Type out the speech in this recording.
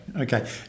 Okay